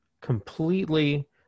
completely